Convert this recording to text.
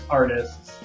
artists